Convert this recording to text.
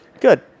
Good